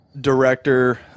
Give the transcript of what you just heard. director